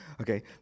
Okay